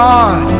God